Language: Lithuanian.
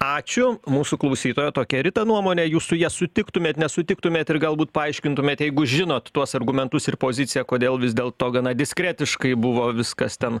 ačiū mūsų klausytojo tokia rita nuomonė jūs su ja sutiktumėt nesutiktumėt ir galbūt paaiškintumėt jeigu žinot tuos argumentus ir poziciją kodėl vis dėlto gana diskretiškai buvo viskas ten